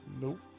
Nope